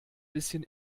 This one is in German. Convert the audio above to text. bisschen